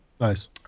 Nice